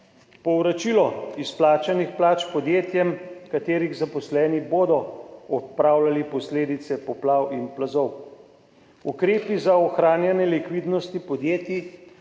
povračilo izplačanih plač podjetjem, katerih zaposleni bodo odpravljali posledice poplav in plazov, ukrepi za ohranjanje likvidnosti podjetij,